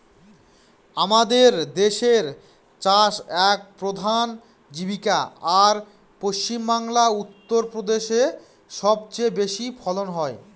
আমাদের দেশের চাষ এক প্রধান জীবিকা, আর পশ্চিমবাংলা, উত্তর প্রদেশে সব চেয়ে বেশি ফলন হয়